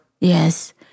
Yes